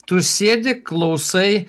tu sėdi klausai